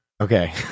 Okay